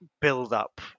build-up